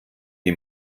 die